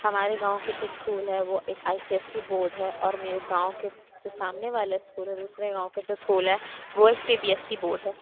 ہمارے گاؤں کے جو اسکول ہے وہ ایک I C S C board ہے اور میرے گاؤں کے جو سامنے والا اسکول ہے دوسرے گاؤں کے جو اسکول ہے وہ ایک C B S C board ہے